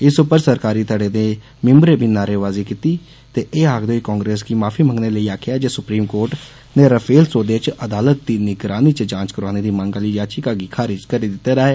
इस पर सरकारी धड़े दे मैम्बरें बी नारेबाजी कीती ते एह आखदे होई कांग्रेस गी माफी मंग्गने लेई आखेआ जे सुप्रीम कोर्ट नै रफाल सौदे च अदालत दी निगरानी च जांच करोआने दी मंग आहली याचिकाएं गी खारिज करी दित्ते दा ऐ